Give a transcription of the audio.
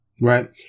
right